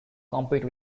compete